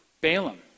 Balaam